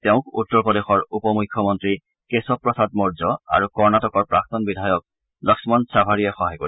তেওঁক উত্তৰ প্ৰদেশৰ উপ মুখ্যমন্ত্ৰী কেশৱ প্ৰসাদ মৌৰ্য আৰু কৰ্ণাটকৰ প্ৰাক্তন বিধায়ক লক্ষণ ছাভাড়িয়ে সহায় কৰিব